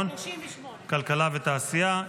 כלכלה ותעשייה,